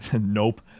nope